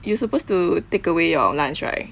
you supposed to take away your lunch right